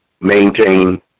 maintain